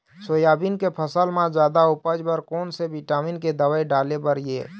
Soybean के फसल म जादा उपज बर कोन से विटामिन के दवई डाले बर ये?